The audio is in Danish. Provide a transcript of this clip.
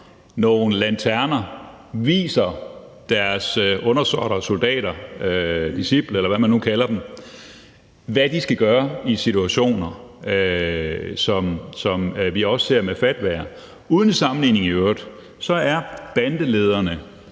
nogle lanterner, viser deres undersåtter og soldater, disciple, eller hvad man nu kalder dem, hvad de skal gøre i situationer, som vi også ser med fatwaer. Uden sammenligning i øvrigt er bandelederne